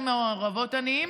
בערים המעורבות עניים.